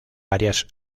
varias